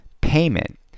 Payment